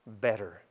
better